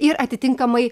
ir atitinkamai